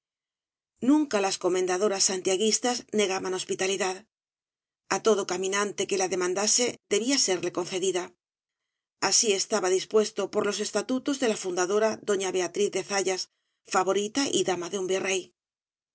nunca las comendadoras santiaguistas negaban hospitalidad á todo caminante que la demandase debía serle concedida así estaba dispuesto por los estatutos de la fundadora doña beatriz de zayas favorita y dama de un virrey